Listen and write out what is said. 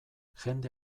jende